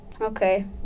Okay